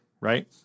right